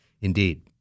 Indeed